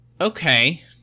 Okay